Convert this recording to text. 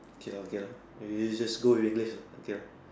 okay okay lah maybe you just go with English lah okay ah